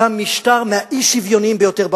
קם משטר מהאי-שוויוניים ביותר בעולם.